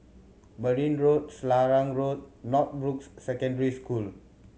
Marne Road Selarang Road Northbrooks Secondary School